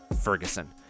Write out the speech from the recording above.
Ferguson